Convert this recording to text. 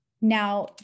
Now